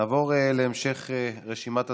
נעבור להמשך רשימת הדוברים.